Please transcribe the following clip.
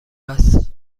است